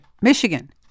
Michigan